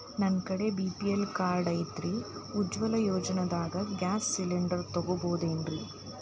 ನನ್ನ ಕಡೆ BPL card ಐತ್ರಿ, ಉಜ್ವಲಾ ಯೋಜನೆದಾಗ ಗ್ಯಾಸ್ ಸಿಲಿಂಡರ್ ತೊಗೋಬಹುದೇನ್ರಿ?